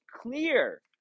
clear